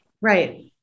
right